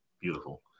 beautiful